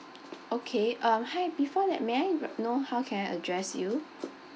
okay um hi before that may I know how can I address you